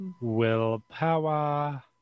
Willpower